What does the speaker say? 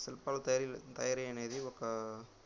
శిల్పాల తయారీ తయారీ అనేది ఒక